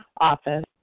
office